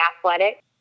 athletic